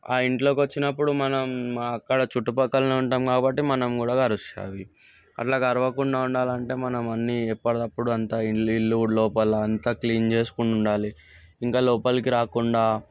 ఆ ఇంట్లోకి వచ్చినప్పుడు మనం అక్కడ చుట్టుపక్కలనే ఉంటాం కాబట్టి మనం కూడా కరుస్తాయి అవి అట్లా కరువకుండా ఉండాలంటే మనం అన్నీ ఎప్పటికప్పుడు అంతా ఇల్లు ఇల్లు లోపలంతా క్లీన్ చేసుకుంటూ ఉండాలి ఇంకా లోపలికి రాకుండా